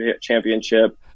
championship